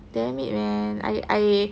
damn it man I I